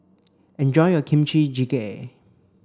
enjoy your Kimchi Jjigae